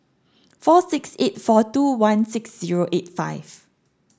four six eight four two one six zero eight five